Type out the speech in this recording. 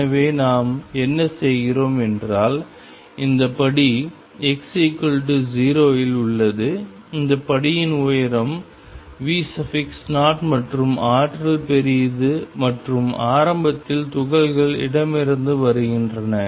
எனவே நாம் என்ன செய்கிறோம் என்றால் இந்த படி x0 இல் உள்ளது இந்த படியின் உயரம் V0 மற்றும் ஆற்றல் பெரியது மற்றும் ஆரம்பத்தில் துகள்கள் இடமிருந்து வருகின்றன